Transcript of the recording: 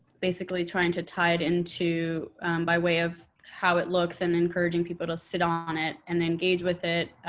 basically trying to tie it into by way of how it looks and encouraging people to sit on it and engage with it,